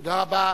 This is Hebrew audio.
תודה רבה